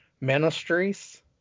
ministries